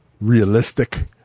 realistic